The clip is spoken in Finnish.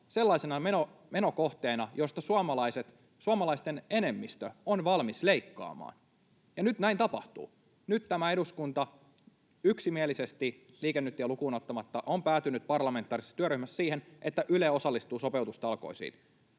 sellaisena menokohteena, josta suomalaisten enemmistö on valmis leikkaamaan, ja nyt näin tapahtuu. Nyt tämä eduskunta yksimielisesti Liike Nytiä lukuun ottamatta on päätynyt parlamentaarisessa työryhmässä siihen, että Yle osallistuu sopeutustalkoisiin.